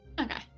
Okay